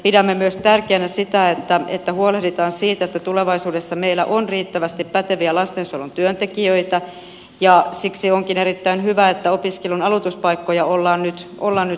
pidämme myös tärkeänä sitä että huolehditaan siitä että tulevaisuudessa meillä on riittävästi päteviä lastensuojelun työntekijöitä ja siksi onkin erittäin hyvä että opiskelun aloituspaikkoja ollaan nyt lisäämässä